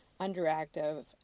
underactive